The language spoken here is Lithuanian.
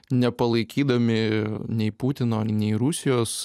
nepalaikydami nei putino nei rusijos